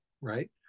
right